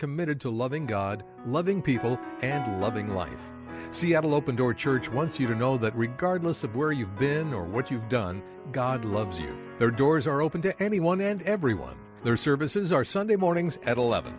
committed to loving god loving people and loving life so you have an open door church once you know that regardless of where you've been or what you've done god loves you there doors are open to anyone and everyone their services are sunday mornings at eleven